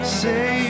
say